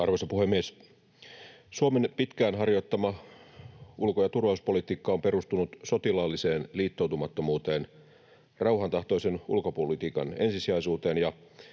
Arvoisa puhemies! Suomen pitkään harjoittama ulko- ja turvallisuuspolitiikka on perustunut sotilaalliseen liittoutumattomuuteen, rauhantahtoisen ulkopolitiikan ensisijaisuuteen